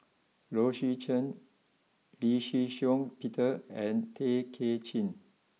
Low Swee Chen Lee Shih Shiong Peter and Tay Kay Chin